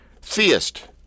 Theist